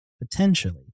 potentially